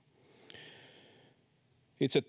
itse